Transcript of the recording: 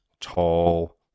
tall